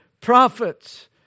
prophets